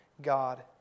God